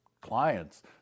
Clients